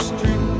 Street